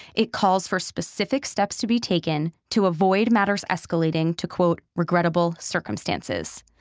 it calls for specific steps to be taken to avoid matters escalating to, quote, regrettable circumstances.